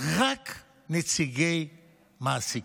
רק נציגי מעסיקים.